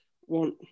one